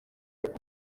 rwf